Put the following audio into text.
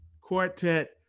quartet